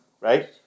right